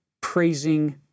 praising